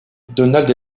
donald